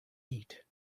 eat